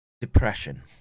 depression